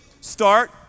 start